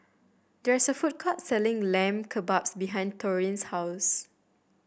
there is a food court selling Lamb Kebabs behind Taurean's house